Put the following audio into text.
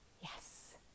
yes